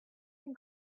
and